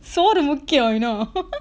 சோறு முக்கியம்:soru mukkiyam you know